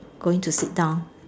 going to sit down